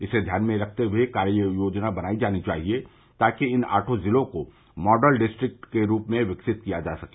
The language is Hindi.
इसे ध्यान में रखते हए कार्ययोजना बनाई जानी चाहिए ताकि इन आठों ज़िलों को मॉडल डिस्ट्रिक्ट के रूप में विकसित किया जा सके